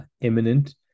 imminent